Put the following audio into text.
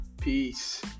Peace